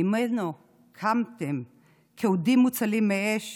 וממנו קמתם כאודים מוצלים מאש